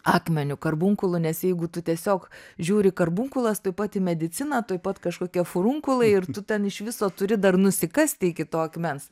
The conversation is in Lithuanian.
akmeniu karbungkulu nes jeigu tu tiesiog žiūri karbunkulas tuoj pat į mediciną tuoj pat kažkokia furunkulai ir tu ten iš viso turi dar nusikasti iki to akmens